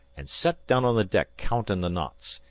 and sat down on the deck countin' the knots,